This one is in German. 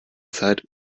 zeit